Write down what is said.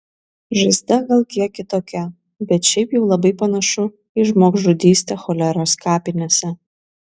žaizda gal kiek kitokia bet šiaip jau labai panašu į žmogžudystę choleros kapinėse